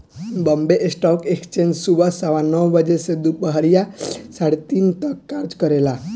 Bombay stock exchange सुबह सवा नौ बजे से दूपहरिया साढ़े तीन तक कार्य करेला